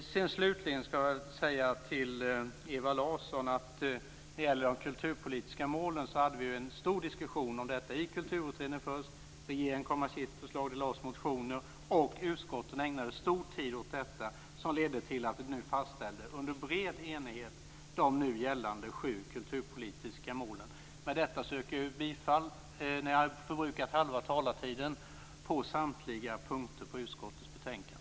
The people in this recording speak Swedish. Slutligen vill jag säga till Ewa Larsson att när det gäller de kulturpolitiska målen hade vi en stor diskussion om detta i kulturutredningen, regeringen kom med sitt förslag. Det lades motioner och utskotten ägnade mycket tid åt detta som ledde till att vi i bred enighet fastställde de nu gällande sju kulturpolitiska målen. När jag nu förbrukat halva talartiden yrkar jag bifall till hemställan i samtliga punkter i utskottets betänkande.